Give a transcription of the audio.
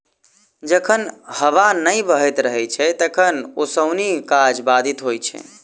जखन हबा नै बहैत रहैत छै तखन ओसौनी काज बाधित होइत छै